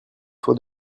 toi